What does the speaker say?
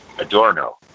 Adorno